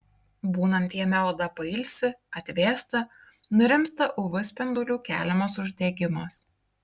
būnant jame oda pailsi atvėsta nurimsta uv spindulių keliamas uždegimas